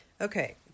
Okay